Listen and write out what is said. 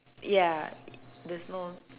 ya there's no